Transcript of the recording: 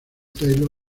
taylor